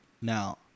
Now